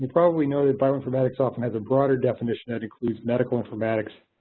probably know that bioinformatics often has a broader definition that includes medical informatics.